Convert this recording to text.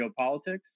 geopolitics